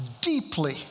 deeply